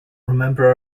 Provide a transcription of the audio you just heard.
remember